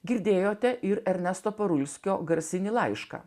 girdėjote ir ernesto parulskio garsinį laišką